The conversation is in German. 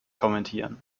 kommentieren